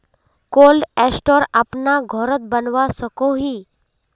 Cold store अपना घोरोत बनवा सकोहो ही?